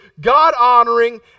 God-honoring